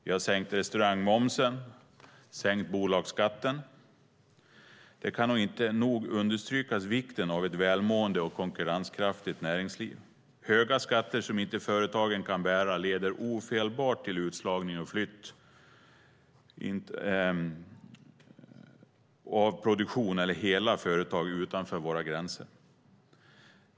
Vi har sänkt restaurangmomsen och sänkt bolagsskatten. Det kan inte nog understrykas vikten av ett välmående och konkurrenskraftigt näringsliv. Höga skatter som inte företagen kan bära leder ofelbart till utslagning och flytt av produktion eller hela företag utanför våra gränser.